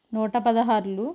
నూట పదహార్లు